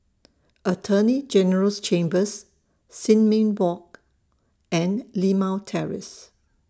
Attorney General's Chambers Sin Ming Walk and Limau Terrace